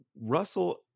Russell